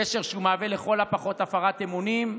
קשר שהוא מהווה לכל הפחות הפרת אמונים.